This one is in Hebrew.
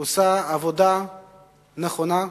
עושה עבודה נכונה.